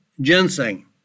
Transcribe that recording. ginseng